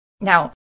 Now